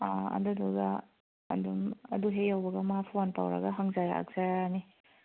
ꯑꯗꯨꯗꯨꯒ ꯑꯗꯨꯝ ꯑꯗꯨ ꯍꯦꯛ ꯌꯧꯕꯒ ꯃꯥ ꯐꯣꯟ ꯇꯧꯔꯒ ꯍꯪꯖꯔꯛꯆꯔꯅꯤ